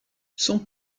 son